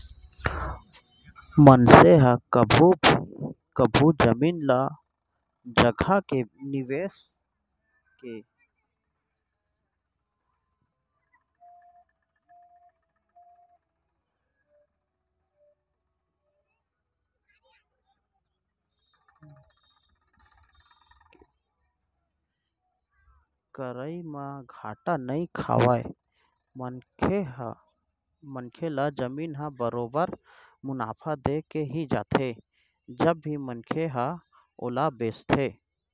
मनसे ह कभू जमीन जघा के निवेस के करई म घाटा नइ खावय मनखे ल जमीन ह बरोबर मुनाफा देके ही जाथे जब भी मनखे ह ओला बेंचय